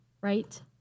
right